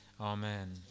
Amen